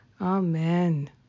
Amen